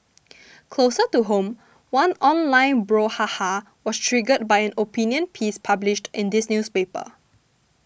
closer to home one online brouhaha was triggered by an opinion piece published in this newspaper